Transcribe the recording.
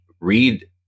read